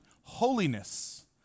Holiness